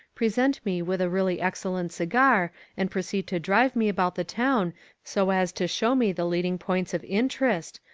present me with a really excellent cigar and proceed to drive me about the town so as to show me the leading points of interest,